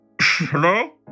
Hello